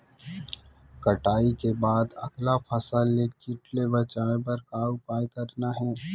कटाई के बाद अगला फसल ले किट ले बचाए बर का उपाय करना हे?